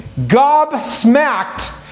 gobsmacked